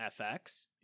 FX